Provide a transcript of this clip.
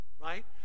right